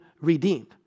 redeemed